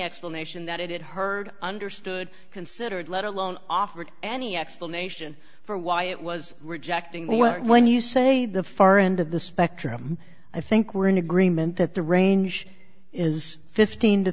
explanation that it heard understood considered let alone offered any explanation for why it was rejecting what when you say the far end of the spectrum i think we're in agreement that the range is fifteen to